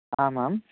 आमाम्